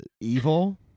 evil